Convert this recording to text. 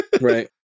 Right